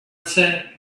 said